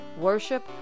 worship